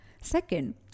second